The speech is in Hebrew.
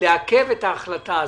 לעכב את ההחלטה הזאת.